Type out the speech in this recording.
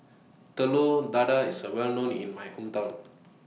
Telur Dadah IS Well known in My Hometown